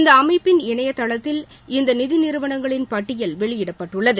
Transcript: இந்த அமைப்பின் இணையதளத்தில் இந்த நிதி நிறுவனங்களின் பட்டியல் வெளியிடப்பட்டுள்ளது